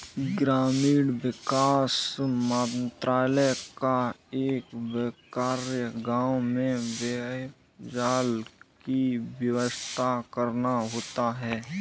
ग्रामीण विकास मंत्रालय का एक कार्य गांव में पेयजल की व्यवस्था करना होता है